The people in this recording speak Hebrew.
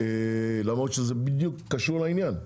למרות שזה בדיוק קשור לעניין.